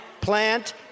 plant